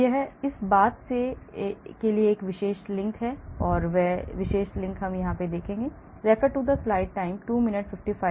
यह इस बात के लिए विशेष लिंक है मैं आपको केवल विशेष लिंक दिखाऊंगा